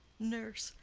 nurse.